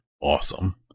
awesome